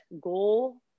goal